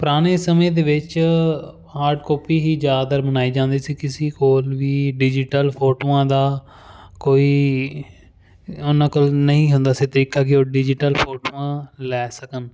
ਪੁਰਾਣੇ ਸਮੇਂ ਦੇ ਵਿੱਚ ਹਾਰਡ ਕਾਪੀ ਹੀ ਜ਼ਿਆਦਾਤਰ ਮਨਾਈ ਜਾਂਦੀ ਸੀ ਕਿਸੇ ਕੋਲ ਵੀ ਡਿਜੀਟਲ ਫੋਟੋਆਂ ਦਾ ਕੋਈ ਉਹਨਾਂ ਕੋਲ ਨਹੀਂ ਹੁੰਦਾ ਸੀ ਤਰੀਕਾ ਕਿ ਉਹ ਡਿਜੀਟਲ ਫੋਟੋਆਂ ਲੈ ਸਕਣ